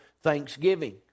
thanksgiving